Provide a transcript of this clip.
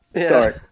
Sorry